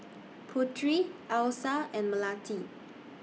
Putri Alyssa and Melati